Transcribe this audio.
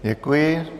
Děkuji.